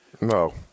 No